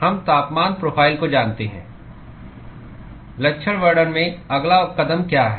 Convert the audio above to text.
हम तापमान प्रोफ़ाइल को जानते हैं लक्षण वर्णन में अगला कदम क्या है